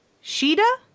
Sheeta